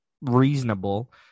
reasonable